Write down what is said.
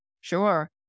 Sure